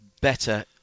better